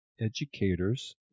educators